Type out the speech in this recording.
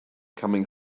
coming